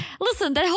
Listen